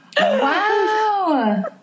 Wow